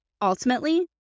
Ultimately